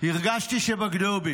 הרגשתי שבגדו בי'.